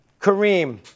Kareem